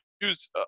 use